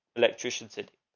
electrician city,